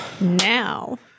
now